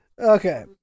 Okay